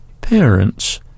parents